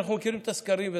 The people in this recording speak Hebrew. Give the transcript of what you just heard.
אנחנו מכירים את הסקרים,